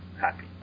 happy